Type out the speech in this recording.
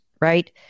right